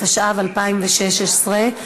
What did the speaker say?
התשע"ו 2016,